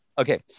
Okay